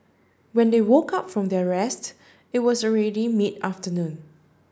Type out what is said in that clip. when they woke up from their rest it was already mid afternoon